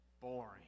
boring